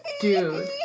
Dude